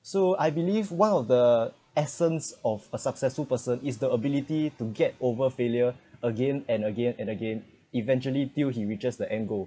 so I believe one of the essence of a successful person is the ability to get over failure again and again and again eventually till he reaches the angle